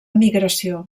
migració